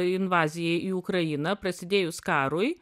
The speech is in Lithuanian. invazijai į ukrainą prasidėjus karui